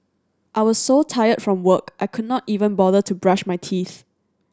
I was so tired from work I could not even bother to brush my teeth